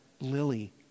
Lily